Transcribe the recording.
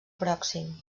pròxim